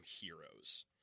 heroes